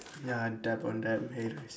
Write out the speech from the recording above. ya dab on them haters